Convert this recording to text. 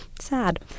Sad